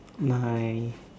nice